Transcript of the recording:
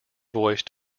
voice